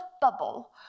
bubble